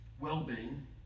well-being